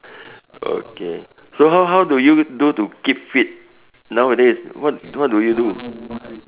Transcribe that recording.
okay so how how do you do to keep fit nowadays what what do you do